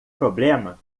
problema